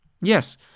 Yes